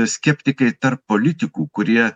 skeptikai tarp politikų kurie